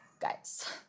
guys